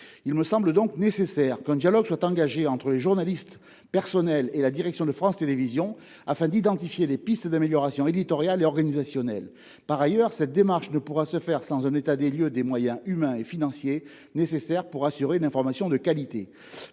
Il me semble donc nécessaire qu’un dialogue soit engagé entre les journalistes, les autres personnels et la direction de France Télévisions, afin d’identifier les pistes d’amélioration éditoriale et organisationnelle. Par ailleurs, cette démarche ne pourra se faire sans un état des lieux des moyens humains et financiers nécessaires pour assurer une information de qualité.